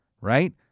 right